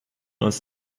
uns